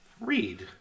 Read